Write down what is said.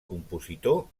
compositor